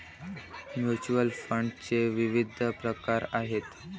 mutual फंडाचे विविध प्रकार आहेत